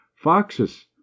foxes